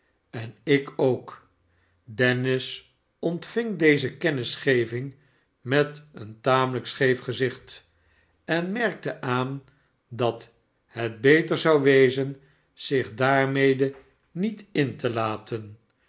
en ik ook dennis ontving deze kennisgeving met een tamelijk scheef gezicht en merkte aan dat het beter zou wezen zich daarmede niet in te laten